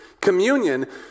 Communion